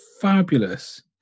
fabulous